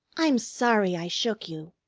i'm sorry i shook you.